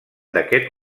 d’aquest